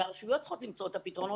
הרשויות צריכות למצוא את הפתרונות,